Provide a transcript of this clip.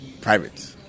private